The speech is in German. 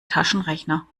taschenrechner